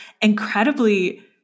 incredibly